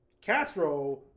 Castro